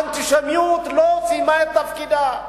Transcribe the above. האנטישמיות לא סיימה את תפקידה,